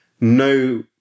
no